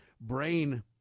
brain